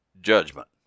judgment